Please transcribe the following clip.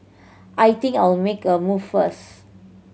I think I'll make a move first